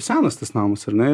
senas tas namas ar ne